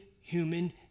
human